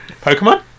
Pokemon